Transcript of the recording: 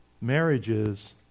marriages